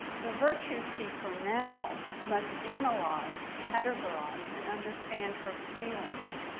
the virtue seeker now must analyze, categorize, and understand her feelings.